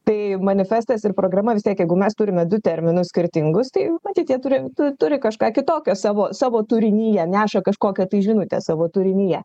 tai manifestas ir programa vis tiek jeigu mes turime du terminus skirtingus tai matyt jie turi turi kažką kitokio savo savo turinyje neša kažkokią žinutę savo turinyje